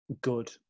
good